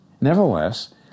nevertheless